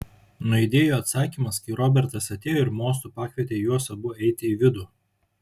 nuaidėjo atsakymas kai robertas atėjo ir mostu pakvietė juos abu eiti į vidų